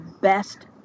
best